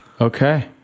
okay